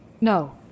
No